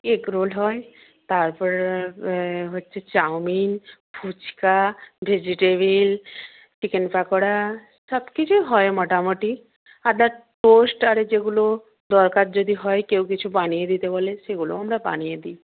egg roll হয় তারপর হচ্ছে chow mein phuchka vegetable chicken pakora সব কিছুই হয় মোটামুটি টোস্ট আরে যেগুলো দরকার যদি হয় কেউ কিছু বানিয়ে দিতে বলে সেগুলোও আমরা বানিয়ে দিই